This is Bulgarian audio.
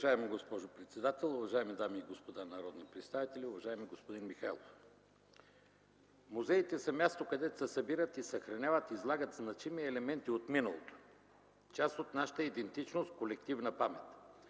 Уважаема госпожо председател, уважаеми дами и господа народни представители! Уважаеми господин Михайлов, музеите са място, където се събират, излагат и съхраняват значими елементи от миналото – част от нашата идентичност, колективна памет.